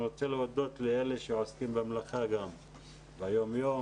אני רוצה להודות גם לאלה שעוסקים במלאכה ביום יום,